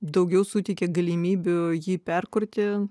daugiau suteikia galimybių jį perkurti